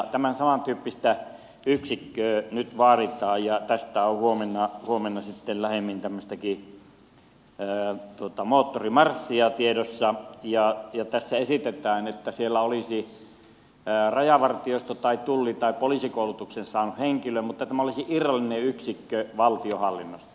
tämän saman tyyppistä yksikköä nyt vaaditaan ja tästä on huomenna sitten lähemminkin tämmöistä moottorimarssia tiedossa ja tässä esitetään että siellä olisi rajavartiosto tai tulli tai poliisikoulutuksen saanut henkilö mutta tämä olisi irrallinen yksikkö valtionhallinnosta